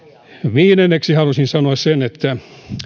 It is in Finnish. viidenneksi haluaisin sanoa sen että